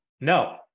No